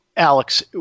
Alex